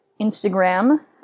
Instagram